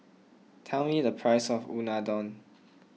tell me the price of Unadon